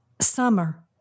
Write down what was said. Summer